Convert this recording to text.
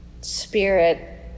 Spirit